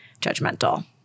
judgmental